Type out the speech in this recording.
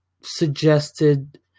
suggested